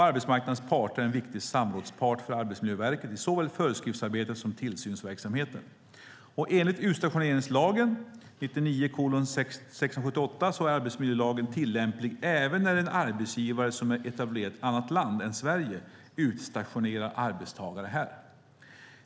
Arbetsmarknadens parter är en viktig samrådspart för Arbetsmiljöverket i såväl föreskriftsarbetet som tillsynsverksamheten. Enligt utstationeringslagen är arbetsmiljölagen tillämplig även när en arbetsgivare som är etablerad i ett annat land än Sverige utstationerar arbetstagare här.